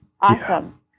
awesome